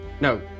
No